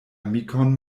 amikon